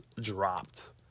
dropped